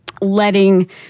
letting